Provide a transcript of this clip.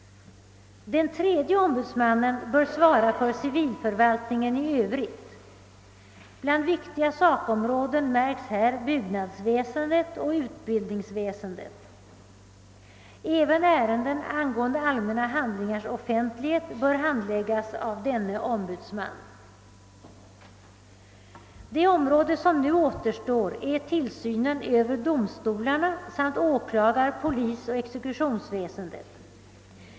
Den tredje ombudsmannen bör svara för civilförvaltningen i Övrigt. Bland viktiga sakområden märks här byggnadsväsendet och utbildningsväsendet. Även ärenden angående allmänna handlingars offentlighet bör handläggas av denne ombudsman. Det område som nu återstår är tillsynen över domstolarna samt åklagar-, polisoch exekutionsväsendet.